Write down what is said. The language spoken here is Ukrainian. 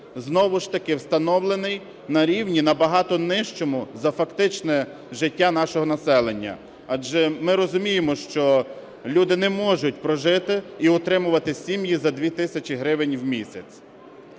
знову ж таки встановлений на рівні, набагато нижчому за фактичне життя нашого населення. Адже ми розуміємо, що люди не можуть прожити і утримувати сім'ї за 2 тисячі гривень в місяць.